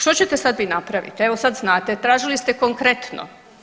Što ćete sad vi napraviti, evo sad znate, tražili ste konkretno?